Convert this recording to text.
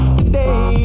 today